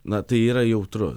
na tai yra jautru